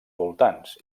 voltants